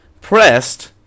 pressed